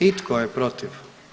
I tko je protiv?